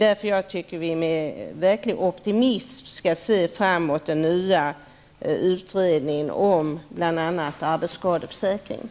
Därför tycker jag att vi verkligen med optimism skall se fram emot den nya utredningen, som bl.a. handlar om arbetsskadeförsäkringen.